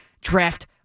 draft